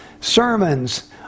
sermons